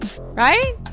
right